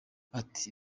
ati